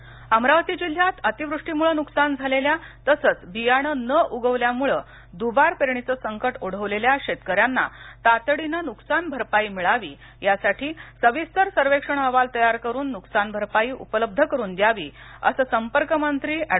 अमरावती नकसान अमरावती जिल्ह्यात अतिवृष्टीमुळे नुकसान झालेल्या तसेच बियाणे न उगवल्यामुळे दुबार पेरणीचे संकट ओढवलेल्या शेतकऱ्यांना तातडीने नुकसान भरपाई मिळावी यासाठी सविस्तर सर्वेक्षण अहवाल तयार करून नुकसान भरपाई उपलब्ध करून द्यावी असे संपर्कमंत्री ऍड